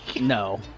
No